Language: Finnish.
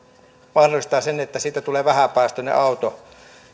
sen että siitä tulee vähäpäästöinen auto